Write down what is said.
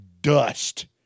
dust